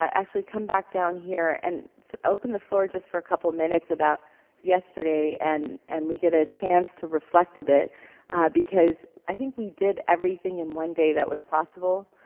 actually, come back down here and open the floor just for a couple minutes about yesterday and and we get a chance to reflect a bit because i think we did everything in one day that was possible,